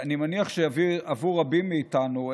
אני מניח שעבור רבים מאיתנו,